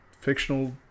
fictional